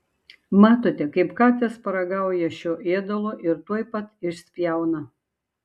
matote kaip katės paragauja šio ėdalo ir tuoj pat išspjauna